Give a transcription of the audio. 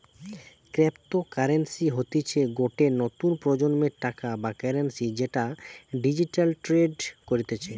cryptocurrency হতিছে গটে নতুন প্রজন্মের টাকা বা কারেন্সি যেটা ডিজিটালি ট্রেড করতিছে